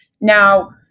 now